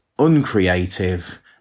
uncreative